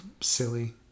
silly